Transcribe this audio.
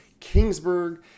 Kingsburg